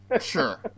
Sure